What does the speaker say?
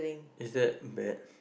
is that bad